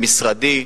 במשרדי,